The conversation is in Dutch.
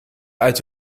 uit